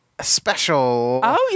Special